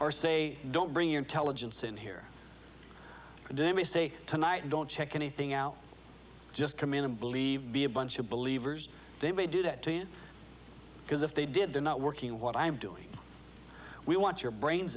or say don't bring your intelligence in here and then we say tonight don't check anything out just come in and believe be a bunch of believers they may do that because if they did they're not working what i'm doing we want your brains